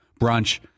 brunch